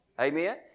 Amen